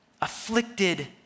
Afflicted